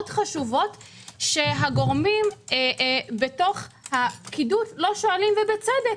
חשובות שהגורמים בתוך הפקידות לא שואלים ובצדק.